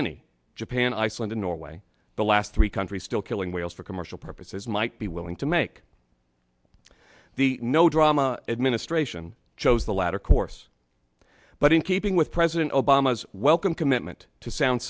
any japan iceland and norway the last three countries still killing whales for commercial purposes might be willing to make the no drama administration chose the latter course but in keeping with president obama's welcome commitment to sound